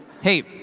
Hey